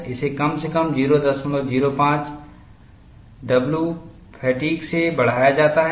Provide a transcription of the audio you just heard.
इसे कम से कम 005 w फ़ैटिग् से बढ़ाया जाता है